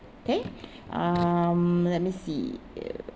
okay um let me see uh